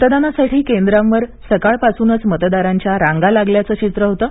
मतदानासाठी केंद्रांवर सकाळ पासूनच मतदारांच्या रांगा लागल्याचं चित्र होतं